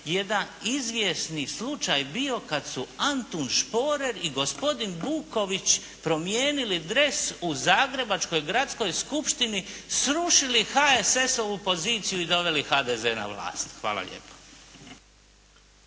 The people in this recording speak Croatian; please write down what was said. jedan izvjesni slučaj bio kad su Antun Šporer i gospodin Vuković promijenili dres u zagrebačkoj gradskoj skupštini, srušili HSS-ovu poziciju i doveli HDZ na vlast. Hvala lijepo.